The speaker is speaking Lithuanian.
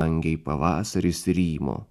langei pavasaris rymo